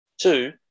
Two